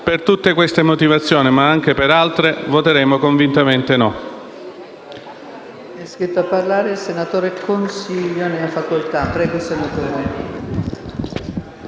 Per tutte queste motivazioni, ma anche per altre, voteremo convintamente in